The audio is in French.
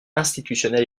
institutionnels